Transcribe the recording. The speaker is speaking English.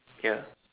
ya